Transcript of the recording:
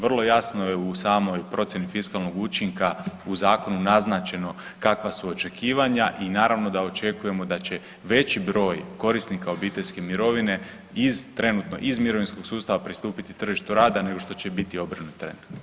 Vrlo jasno je u samoj procjeni fiskalnog učinka u zakonu naznačeno kakva su očekivanja i naravno da očekujemo da će veći broj korisnika obiteljske mirovine trenutno iz mirovinskog sustava pristupiti tržištu rada nego što će biti obrnuto.